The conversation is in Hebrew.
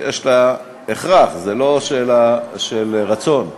יש הכרח, זו לא שאלה של רצון,